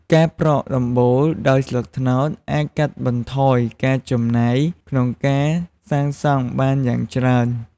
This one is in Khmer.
ការប្រក់ដំបូលដោយស្លឹកត្នោតអាចកាត់បន្ថយការចំណាយក្នុងការសាងសង់បានយ៉ាងច្រើន។